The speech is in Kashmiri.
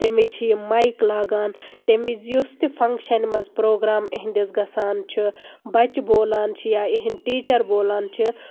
تمہِ وِزِ چھِ یِم مایک لاگان تمہِ وزِ یُس تہِ فنگشنہِ منٛز پروگرام اِہندِس گژھان چھُ بچہِ بولان چھِ یا اِہند ٹیٖچر بولان چھِ